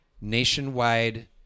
nationwide